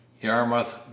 Yarmouth